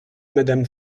madame